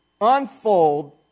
unfold